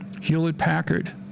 Hewlett-Packard